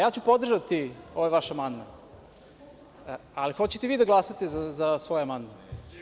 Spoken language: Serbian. Ja ću podržati ovaj vaš amandman, ali, hoćete li vi da glasate za svoj amandman?